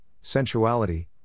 sensuality